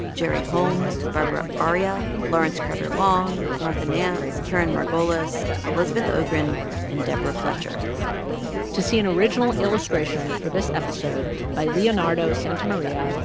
gerry holmes, barbara aria, lawrence carter-long, martha nance, karen margolis, elizabeth ogrin and deborah fletcher to see an original illustration for this episode by leonardo santamaria,